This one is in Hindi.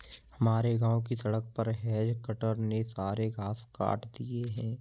हमारे गांव की सड़क पर हेज कटर ने सारे घास काट दिए हैं